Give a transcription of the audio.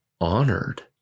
honored